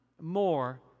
more